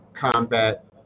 combat